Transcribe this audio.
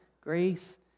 grace